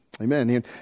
amen